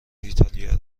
ایتالیا